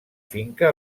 finca